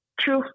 true